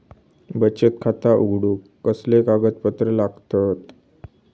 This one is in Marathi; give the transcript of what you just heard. बचत खाता उघडूक कसले कागदपत्र लागतत?